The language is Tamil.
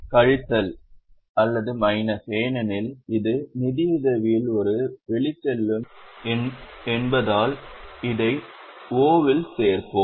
கழித்தல் ஏனெனில் இது நிதியுதவியில் ஒரு வெளிச்செல்லும் என்பதால் அதை O இல் சேர்ப்போம்